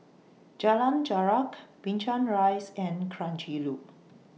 Jalan Jarak Binchang Rise and Kranji Loop